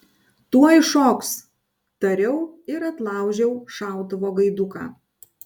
tuoj šoks tariau ir atlaužiau šautuvo gaiduką